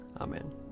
Amen